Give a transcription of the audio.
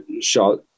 shot –